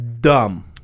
dumb